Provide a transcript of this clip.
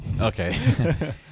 Okay